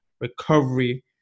recovery